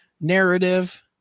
narrative